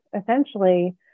essentially